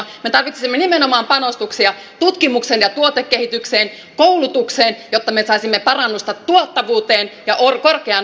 me tarvitsisimme nimenomaan panostuksia tutkimukseen ja tuotekehitykseen koulutukseen jotta me saisimme parannusta tuottavuuteen ja korkeaan osaamiseen